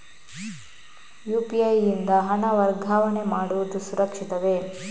UPI ಯಿಂದ ಹಣ ವರ್ಗಾವಣೆ ಮಾಡುವುದು ಸುರಕ್ಷಿತವೇ?